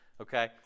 okay